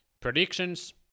Predictions